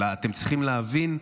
אלא אתם צריכים להבין,